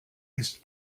ist